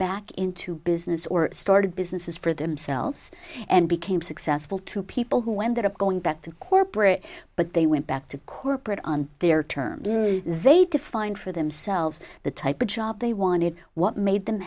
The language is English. back into business or started businesses for themselves and became successful to people who ended up going back to corporate but they went back to corporate on their terms they defined for themselves the type of job they wanted what made them